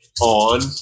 on